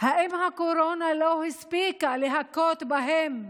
האם הקורונה לא הספיקה להכות בהם